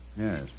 Yes